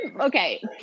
okay